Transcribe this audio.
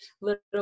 little